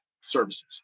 services